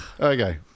Okay